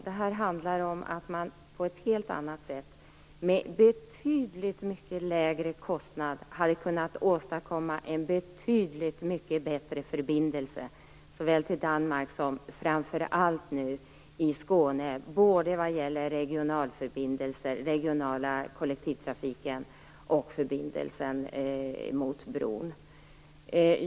Det handlar om att man på ett helt annat sätt för betydligt lägre kostnad hade kunnat åstadkomma en betydligt bättre förbindelse såväl till Danmark som i Skåne - både vad gäller den regionala kollektivtrafiken och förbindelsen mot bron.